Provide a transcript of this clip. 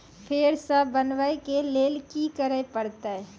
फेर सॅ बनबै के लेल की करे परतै?